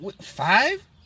Five